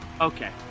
okay